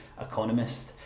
economist